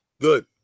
Good